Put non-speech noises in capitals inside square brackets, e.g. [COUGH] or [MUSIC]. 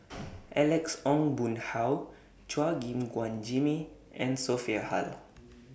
[NOISE] Alex Ong Boon Hau Chua Gim Guan Jimmy and Sophia Hull